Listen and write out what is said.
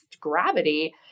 gravity